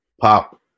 pop